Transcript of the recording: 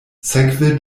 sekve